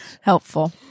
Helpful